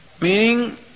meaning